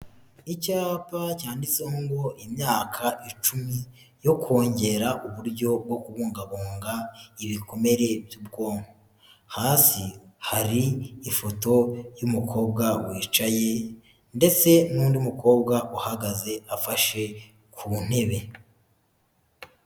Icyapa cyanditseho ngo imyaka icumi yo kongera uburyo bwo kubungabunga ibikomere by'ubwonko, hasi hari ifoto y'umukobwa wicaye ndetse n'undi mukobwa uhagaze afashe ku ntebe.